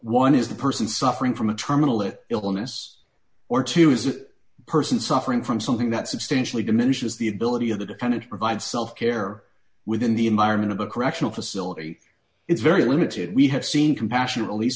one is the person suffering from a terminal that illness or two is a person suffering from something that substantially diminishes the ability of the defendant to provide self care within the environment of a correctional facility is very limited we have seen compassionate release